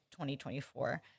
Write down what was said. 2024